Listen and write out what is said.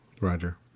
Roger